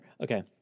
okay